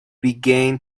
began